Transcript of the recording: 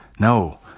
No